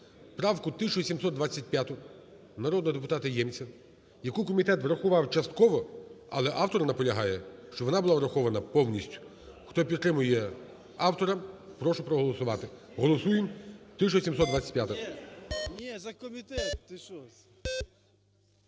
правку 1725 народного депутата Ємця, яку комітет врахував частково, але автор наполягає, щоб вона була врахована повністю. Хто підтримує автора, прошу проголосувати. Голосуємо, 1725-а.